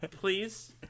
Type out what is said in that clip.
please